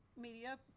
Media